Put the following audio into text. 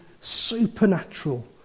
supernatural